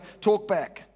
talkback